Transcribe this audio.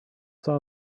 saw